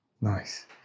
Nice